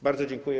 Bardzo dziękuję.